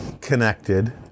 connected